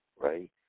right